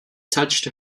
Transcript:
touched